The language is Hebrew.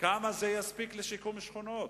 שקלים בשיקום שכונות?